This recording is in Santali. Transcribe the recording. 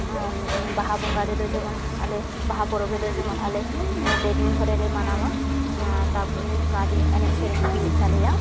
ᱵᱟᱦᱟ ᱵᱚᱸᱜᱟ ᱨᱮᱫᱚ ᱡᱮᱢᱚᱱ ᱟᱞᱮ ᱵᱟᱦᱟ ᱯᱚᱨᱚᱵᱽ ᱨᱮᱫᱚ ᱡᱮᱢᱚᱱ ᱟᱞᱮ ᱯᱮ ᱫᱤᱱ ᱫᱷᱚᱨᱮᱞᱮ ᱢᱟᱱᱟᱣᱟ ᱛᱟᱯᱚᱨᱮ ᱜᱟᱹᱰᱤ ᱮᱱᱮᱡ ᱥᱮᱨᱮᱧ ᱦᱩᱭᱩᱜ ᱛᱟᱞᱮᱭᱟ